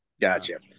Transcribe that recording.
Gotcha